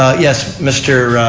ah yes. mr.